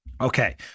Okay